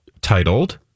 titled